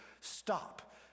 stop